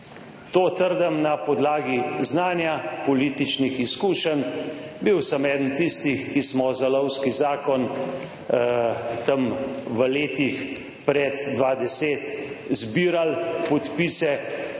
To trdim na podlagi znanja, političnih izkušenj. Bil sem eden tistih, ki smo za lovski zakon tam v letih pred 2010 zbirali podpise.